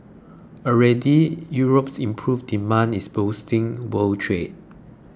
already Europe's improved demand is boosting world trade